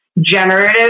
generative